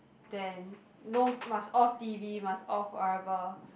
then no must off T_V must off whatever